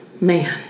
man